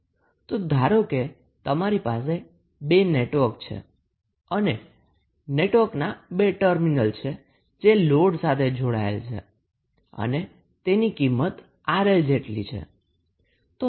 તો ધારો કે તમારી પાસે 2 નેટવર્ક અને નેટવર્કના 2 ટર્મિનલ છે જે લોડ સાથે જોડેલ છે અને તેની કિંમત 𝑅𝐿 જેટલી છે